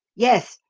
yes!